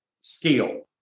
skill